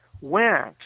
went